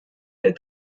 der